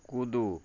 कूदू